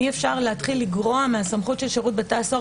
אי-אפשר להתחיל לגרוע מהסמכות של שירות של בתי הסוהר